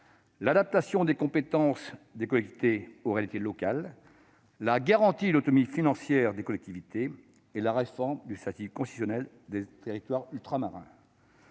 l'adaptation des compétences des collectivités aux réalités locales, la garantie de l'autonomie financière des collectivités et la réforme du statut constitutionnel des territoires ultramarins.